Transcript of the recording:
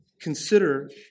consider